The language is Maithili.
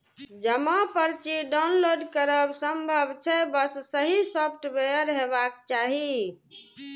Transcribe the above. जमा पर्ची डॉउनलोड करब संभव छै, बस सही सॉफ्टवेयर हेबाक चाही